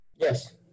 Yes